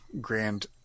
grand